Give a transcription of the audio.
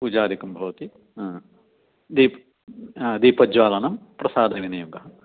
पूजादिकं भवति दीपः दीपज्वालनं प्रसादविनयोगः